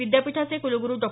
विद्यापीठाचे कूलगरु डॉ